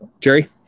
Jerry